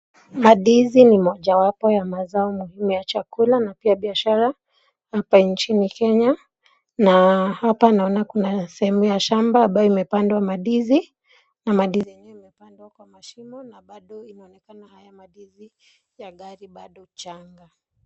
Mandizi ni mojawapo ya mazao muhimu ya chakula na pia biashara hapa nchini Kenya na hapa naona kuna sehemu ya shamba ambayo imepandwa mandizi na mandizi yenyewe imepandwa kwa mashimo na bado inaonekana haya mandizi yangali bado changa.